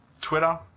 Twitter